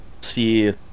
see